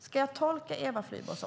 Ska jag tolka Eva Flyborg så?